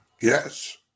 Yes